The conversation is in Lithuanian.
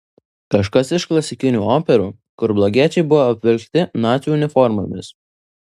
kažkas iš klasikinių operų kur blogiečiai buvo apvilkti nacių uniformomis